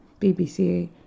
BBC